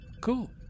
Cool